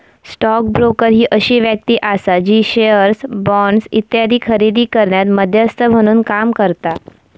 stock broker ही अशी व्यक्ती आसा जी शेअर्स, बॉण्ड्स इत्यादी खरेदी करण्यात मध्यस्थ म्हणून काम करता